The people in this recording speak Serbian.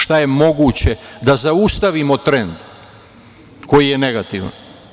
Šta je moguće da zaustavimo trend koji je negativan?